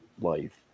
life